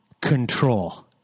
control